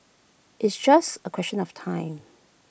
it's just A question of time